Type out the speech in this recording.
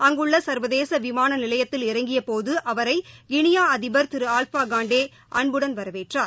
அங்குள்ள சர்வதேச விமான நிலையத்தில் இறங்கியபோது அவரை கிளியா அதிபர் திரு ஆவ்பா காண்டே அன்புடன் வரவேற்றார்